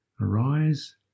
arise